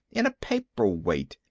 in a paperweight.